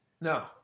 No